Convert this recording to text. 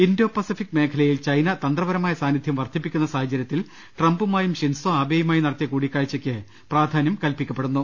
Indo Pacific മേഖലയിൽ China തന്ത്രപരമായ സാന്നിധ്യം വർദ്ധിപ്പിക്കുന്ന സാഹചര്യത്തിൽ ട്രംപുമായും ഷിൻസോ ആബേയുമായും നടത്തിയ കൂടിക്കാഴ്ചക്ക് പ്രാധാന്യം കൽപ്പിക്കപ്പെടുന്നു